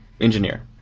engineer